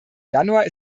januar